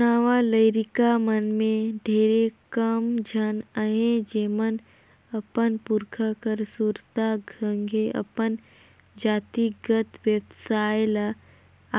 नावा लरिका मन में ढेरे कम झन अहें जेमन अपन पुरखा कर सुरता संघे अपन जातिगत बेवसाय ल